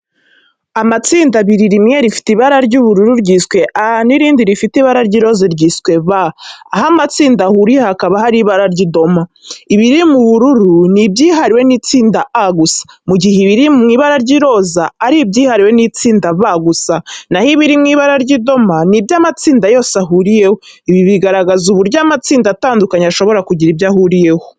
Amatsinda abiri rimwe rifite ibara ry'ubururu ryiswe A n'irindi rifite ibara ry'iroza ryiswe B. Aho amatsinda ahuriye hakaba hari ibara ry'idoma. Ibiri mu bururu ni ibyihariwe n'itsinda A gusa mu gihe ibiri mu ibara ry'iroza ari ibyihariwe n'itsinda B gusa. Na ho ibiri mu ibara ry'idoma ni ibyo amatsinda yose ahuriyeho. Ibi bigaragaza uburyo amatsinda atandukanye ashobora kugira ibyo ahuriyeho.